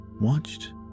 watched